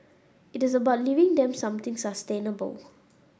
it is about leaving them something sustainable